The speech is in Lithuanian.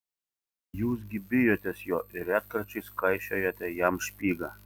jūs gi bijotės jo ir retkarčiais kaišiojate jam špygą